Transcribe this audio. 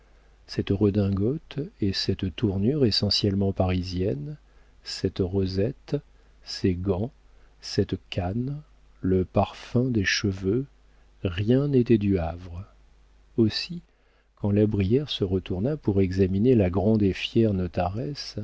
cette redingote et cette tournure essentiellement parisiennes cette rosette ces gants cette canne le parfum des cheveux rien n'était du havre aussi quand la brière se retourna pour examiner la grande et fière